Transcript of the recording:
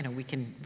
and we can,